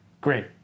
Great